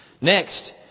Next